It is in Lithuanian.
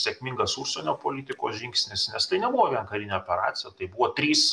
sėkmingas užsienio politikos žingsnis nes tai nebuvo vien karinė operacija tai buvo trys